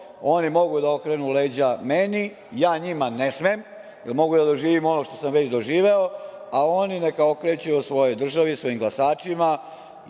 Oni mogu da okrenu leđa meni, ja njima ne smem, jer mogu da doživim ono što sam već doživeo, a oni neka okreću svojoj državi, svojim glasačima,